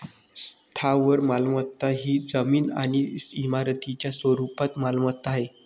स्थावर मालमत्ता ही जमीन आणि इमारतींच्या स्वरूपात मालमत्ता आहे